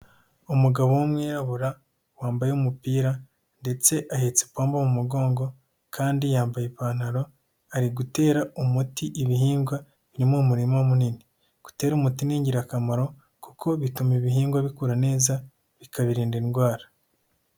Umugabo w'umwirabura wambaye umupira, ndetse ahetse ipompo mu mugongo, kandi yambaye ipantaro ari gutera umuti ibihingwa biri mu umurima munini. Gutera umuti n'ingirakamaro kuko bituma ibihingwa bikura neza bikabirinda indwara.